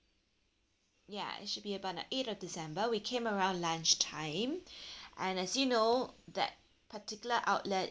ya it should be about on eight of december we came around lunch time and as you know that particular outlet